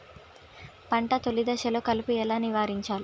పంట తొలి దశలో కలుపు ఎలా నివారించాలి?